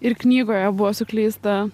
ir knygoje buvo suklysta